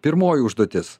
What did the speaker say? pirmoji užduotis